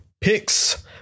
picks